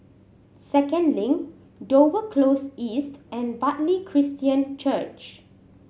Second Link Dover Close East and Bartley Christian Church